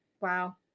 wow